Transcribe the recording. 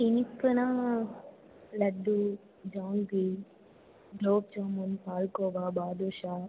இனிப்புனால் laddu jangiri gulab jamun palkova பாதுஷா